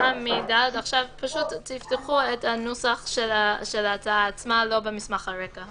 הנוסח של ההצעה עצמה, לא במסמך הרקע.